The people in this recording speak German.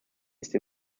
ist